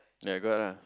ya got ah